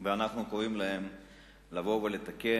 ואנחנו קוראים להם לבוא ולתקן.